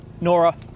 Nora